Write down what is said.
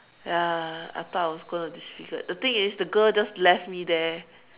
ya I thought I was going to disfigured the thing is the girl just left me there